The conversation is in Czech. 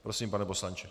Prosím, pane poslanče.